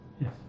Yes